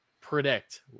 predict